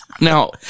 Now